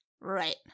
Right